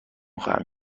خواهم